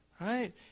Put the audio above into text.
Right